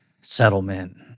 settlement